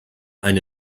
eine